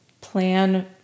plan